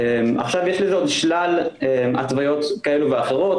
יש לזה עוד שלל התוויות כאלה ואחרות,